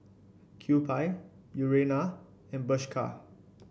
Kewpie Urana and Bershka